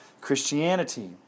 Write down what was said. Christianity